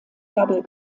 double